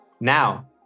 Now